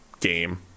game